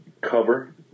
cover